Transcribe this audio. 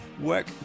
work